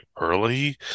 early